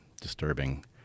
disturbing